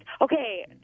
okay